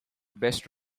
best